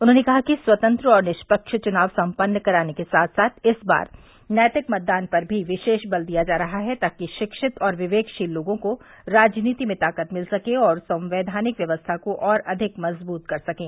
उन्होंने कहा कि स्वतंत्र और निष्पक्ष चुनाव सम्पन्न कराने के साथ साथ इस बार नैतिक मतदान पर भी विशेष बल दिया जा रहा है ताकि शिक्षित और विवेकशील लोगों को राजनीति में ताकृत मिल सके और वह संवैधानिक व्यवस्था को और अधिक मजबूत कर सकें